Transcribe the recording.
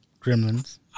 Gremlins